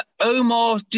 Omar